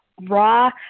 raw